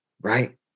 right